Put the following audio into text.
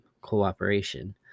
cooperation